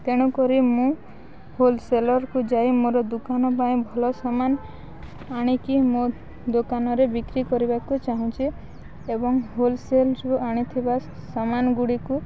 ତେଣୁକରି ମୁଁ ହୋଲସେଲରକୁ ଯାଇ ମୋର ଦୋକାନ ପାଇଁ ଭଲ ସାମାନ ଆଣିକି ମୋ ଦୋକାନରେ ବିକ୍ରି କରିବାକୁ ଚାହୁଁଛି ଏବଂ ହୋଲସେଲ୍ ଯାଇ ଆଣିଥିବା ସମାନ ଗୁଡ଼ିକୁ